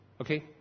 Okay